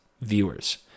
viewers